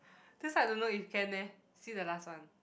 that's why I don't know if can eh see the last one